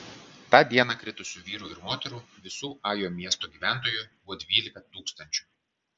tą dieną kritusių vyrų ir moterų visų ajo miesto gyventojų buvo dvylika tūkstančių